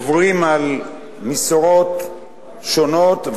עוברים על משרות שונות,